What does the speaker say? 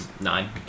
Nine